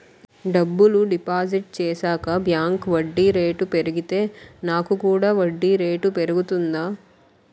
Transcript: డబ్బులు డిపాజిట్ చేశాక బ్యాంక్ వడ్డీ రేటు పెరిగితే నాకు కూడా వడ్డీ రేటు పెరుగుతుందా?